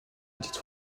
edith